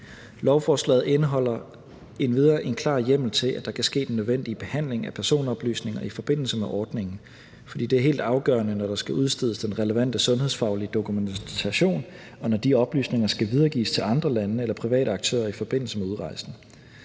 Lovforslaget indeholder endvidere en klar hjemmel til, at der kan ske den nødvendige behandling af personoplysninger i forbindelse med ordningen. Det er helt afgørende, når der skal udstedes den relevante sundhedsfaglige dokumentation, og når de oplysninger skal videregives til andre lande eller private aktører i forbindelse med udrejsen.